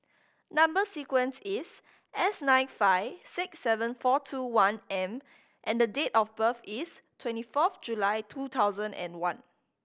number sequence is S nine five six seven four two one M and the date of birth is twenty fourth July two thousand and one